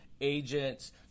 agents